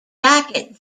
jacket